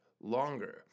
longer